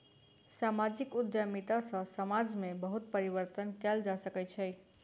सामाजिक उद्यमिता सॅ समाज में बहुत परिवर्तन कयल जा सकै छै